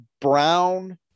Brown